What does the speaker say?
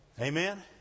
Amen